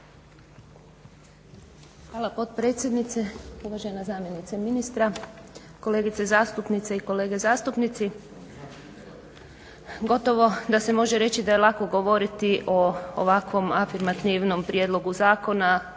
Hvala potpredsjednice, uvažena zamjenice ministra, kolegice zastupnici i kolege zastupnici. Gotovo da se može reći da je lako govoriti o ovakvom afirmativnom prijedlogu zakona u kojem